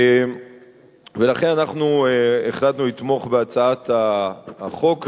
ולכן אנחנו החלטנו לתמוך בהצעת החוק,